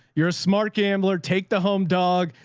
you're a smart gambler. take the home dog.